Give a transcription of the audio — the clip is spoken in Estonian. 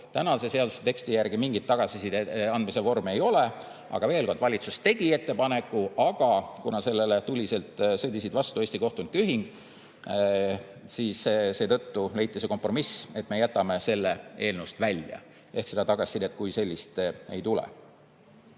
tänase seaduse teksti järgi mingit tagasiside andmise vormi ei ole. Veel kord: valitsus tegi ettepaneku, aga kuna sellele tuliselt sõdis vastu Eesti Kohtunike Ühing, siis leiti kompromiss, et me jätame selle eelnõust välja ehk seda tagasisidet kui sellist ei tule.